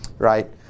right